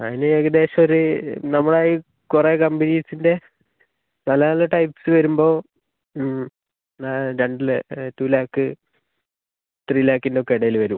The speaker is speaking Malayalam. അതിന് ഏകദേശം ഒരു നമ്മളെ ഈ കുറേ കമ്പനീസിൻ്റെ പല പല ടൈപ്പ്സ് വരുമ്പോൾ രണ്ടിൽ ടു ലാക്ക് ത്രീ ലാക്കിൻ്റെയൊക്കെ ഇടയിൽ വരും